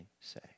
say